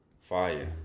fire